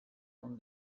own